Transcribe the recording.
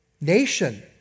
nation